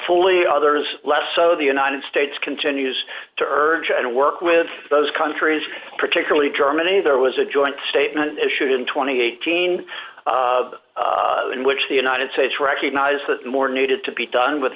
fully others less so the united states continues to urge and work with those countries particularly germany there was a joint statement issued in two thousand and eighteen in which the united states recognize that more needed to be done with